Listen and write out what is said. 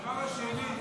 והדבר השני,